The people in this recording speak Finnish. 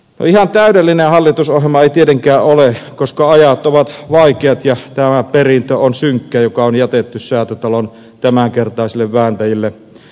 ihan täydellinen hallitusohjelma ei tietenkään ole koska ajat ovat vaikeat ja tämä perintö joka on jätetty säätytalon tämänkertaisille vääntäjille on synkkä